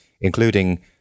including